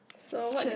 so what did